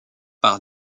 par